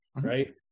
Right